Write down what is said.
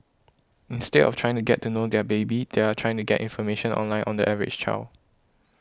instead of trying to get to know their baby they are trying to get information online on the average child